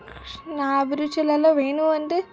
నా అభిరుచులలో వేణువు అంటే